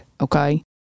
okay